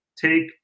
take